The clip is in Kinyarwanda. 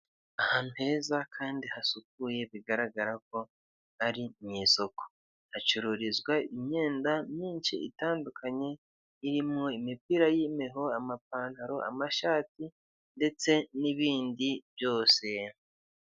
Ahantu heza kandi hasukuye, bigaragara ko ari mu isoko, hacururizwa imyenda myinshi itandukanye, irimo imipira y'imbeho, amapantaro, amashati ndetse n'ibindi byose.